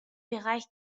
bereich